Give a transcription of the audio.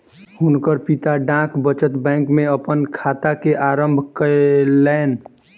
हुनकर पिता डाक बचत बैंक में अपन खाता के आरम्भ कयलैन